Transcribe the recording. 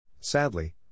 Sadly